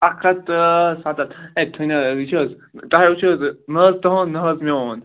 اَکھ ہتھ تہٕ سَتتھ ہے ؤچھو حظ تُہۍ وُچھو حظ نَہ حظ تُہنٛد نَہ حظ میٛوٗن